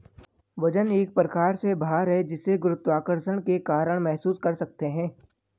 वजन एक प्रकार से भार है जिसे गुरुत्वाकर्षण के कारण महसूस कर सकते है